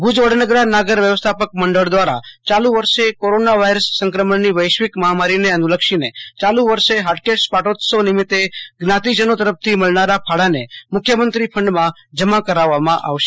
ભજ વડનાગરા નાગર વ્યવસ્થાપક મંડળ દવારા ચાલુ વર્ષે કોરોના વાયરસ સંકમણની વૈશ્વિક મહામારીને અનુલક્ષીને ચાલુ વષ હાટકેશ પાટોત્સવ નિમિતે જ્ઞાતિજનો તરફથી મળતારા ફાળાને મુખ્ય મંત્રી ફંડમાં જમા કરાવવામાં આવશે